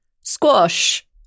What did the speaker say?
Squash